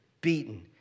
beaten